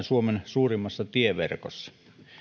suomen suurimmassa tieverkossa